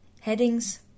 Headings